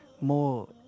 more